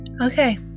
Okay